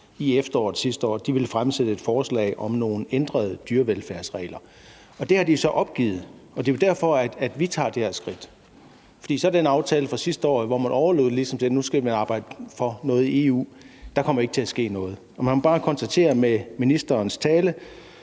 i efteråret sidste år ville fremsætte et forslag om nogle ændrede dyrevelfærdsregler. Det har de så opgivet, og det er jo derfor, at vi tager det her skridt. For i forhold til den aftale fra sidste år, hvor man ligesom overlod det til, at nu skal vi arbejde for noget i EU, kommer der ikke til at ske noget. Og man må bare konstatere ud fra ministerens tale,